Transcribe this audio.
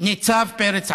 ניצב פרץ עמר.